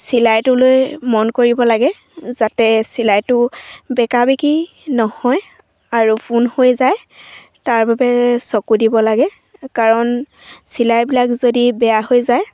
চিলাইটো লৈ মন কৰিব লাগে যাতে চিলাইটো বেকা বেকি নহয় আৰু পোন হৈ যায় তাৰ বাবে চকু দিব লাগে কাৰণ চিলাইবিলাক যদি বেয়া হৈ যায়